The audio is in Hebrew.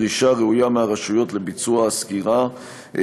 דרישה ראויה מהרשויות לביצוע הסגירה,